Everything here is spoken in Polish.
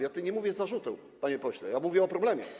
Ja tu nie mówię o zarzutach, panie pośle, ja mówię o problemie.